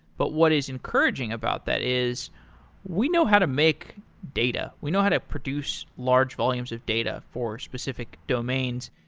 but what is encouraging about that is we know how to make data. we know how to produce large volumes of data for specific domains.